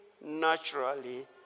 naturally